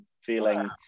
feeling